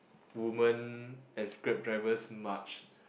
women as Grab drivers much